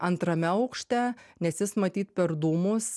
antrame aukšte nes jis matyt per dūmus